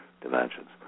dimensions